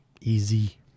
easy